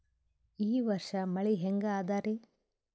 ಈ ವರ್ಷ ಮಳಿ ಹೆಂಗ ಅದಾರಿ?